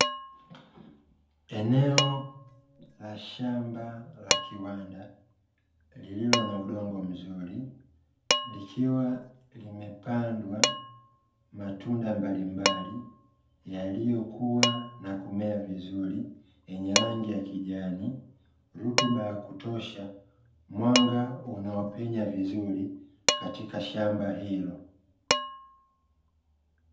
Eneo la shamba la kiwanda lililo na udongo mzuri, likiwa limepandwa matunda mbalimbali yaliyokua na kumea vizuri, yenye rangi ya kijani, rutuba ya kutosha, mwanga unaopenya vizuri katika shamba hilo.